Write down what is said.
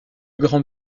grand